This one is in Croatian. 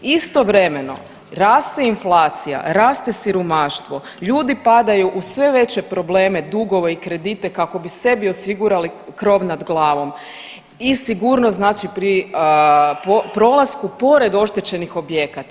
Istovremeno raste inflacija, raste siromaštvo, ljudi padaju u sve veće probleme, dugove i kredite kako bi sebi osigurali krov nad glavom i sigurnost pri prolasku pored oštećenih objekata.